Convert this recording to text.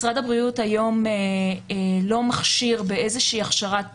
משרד הבריאות היום לא מכשיר באיזושהי הכשרת